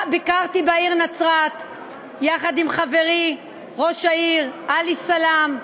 ביקרתי בעיר נצרת יחד עם חברי ראש העיר עלי סלאם,